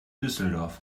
düsseldorf